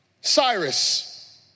Cyrus